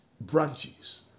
branches